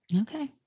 Okay